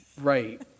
Right